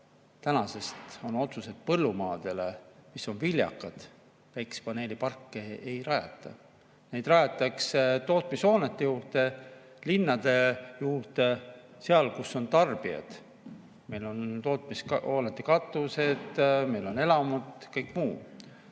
siin see otsus, et põllumaadele, mis on viljakad, päikesepaneeliparke ei rajata, neid rajatakse tootmishoonete juurde, linnade juurde, sinna, kus on tarbijad. Meil on tootmishoonete katused, meil on elamud, kõik muu,